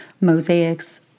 mosaics